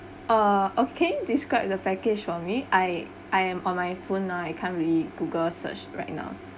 uh oh can you describe the package for me I I am on my phone now I can't really google search right now